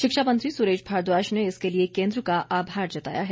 शिक्षा मंत्री सुरेश भारद्वाज ने इसके लिए केंद्र का आभार जताया है